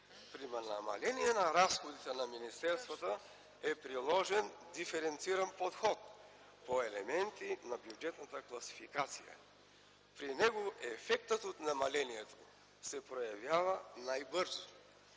При намаление на разходите на министерствата е приложен диференциран подход по елементи на бюджетната класификация. При него ефектът от намалението се проявява най-бързо.